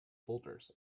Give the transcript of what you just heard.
boulders